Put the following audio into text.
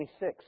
26